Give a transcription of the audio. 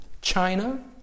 China